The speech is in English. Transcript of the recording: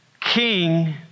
king